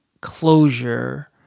closure